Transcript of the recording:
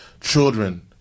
children